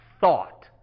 thought